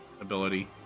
ability